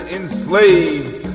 enslaved